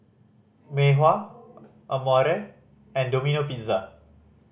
Mei Hua Amore and Domino Pizza